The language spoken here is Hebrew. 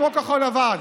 כמו כחול לבן,